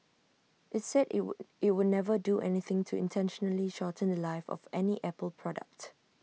IT said IT would IT would never do anything to intentionally shorten The Life of any apple product